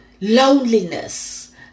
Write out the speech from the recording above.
loneliness